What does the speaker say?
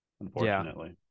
Unfortunately